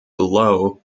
below